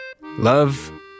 Love